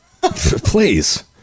please